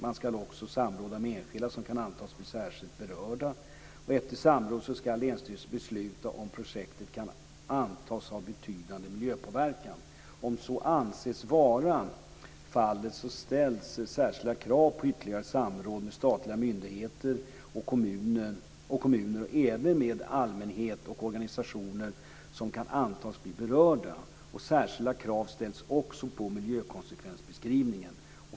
Man ska också samråda med enskilda som kan antas bli särskilt berörda. Efter samråd ska länsstyrelsen besluta om projektet kan antas ha betydande miljöpåverkan. Om så anses vara fallet ställs särskilda krav på ytterligare samråd med statliga myndigheter och kommuner och även med allmänhet och organisationer som kan antas bli berörda. Särskilda krav ställs också på miljökonsekvensbeskrivningen.